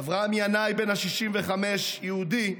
אברהם ינאי, בן ה־65, יהודי,